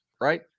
right